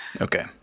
Okay